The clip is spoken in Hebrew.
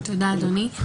תודה, אדוני.